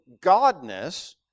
godness